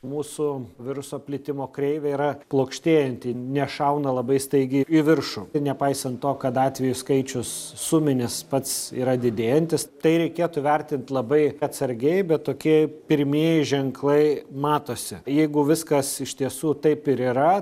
mūsų viruso plitimo kreivė yra plokštėjanti nešauna labai staigiai į viršų nepaisant to kad atvejų skaičius suminis pats yra didėjantis tai reikėtų vertint labai atsargiai bet tokie pirmieji ženklai matosi jeigu viskas iš tiesų taip ir yra